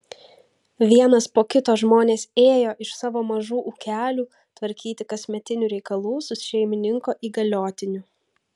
vienas po kito žmonės ėjo iš savo mažų ūkelių tvarkyti kasmetinių reikalų su šeimininko įgaliotiniu